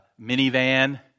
minivan